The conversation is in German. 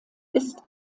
ist